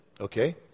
Okay